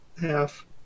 Half